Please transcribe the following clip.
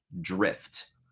drift